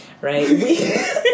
Right